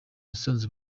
yasanze